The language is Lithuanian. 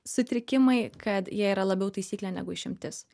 sutrikimai kad jie yra labiau taisyklė negu išimtis